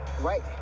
right